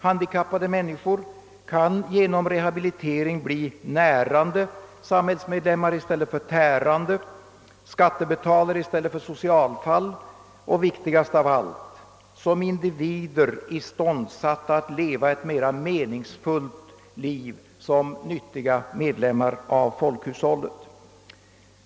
Handikappade människor kan genom rehabilitering bli närande samhällsmedlemmar i stället för tärande, skattebetalare i stället för socialfall — och det viktigaste av allt — som individer iståndsatta att leva ett mer meningsfyllt liv som nyttiga medlemmar av folkhushållet.